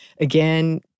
again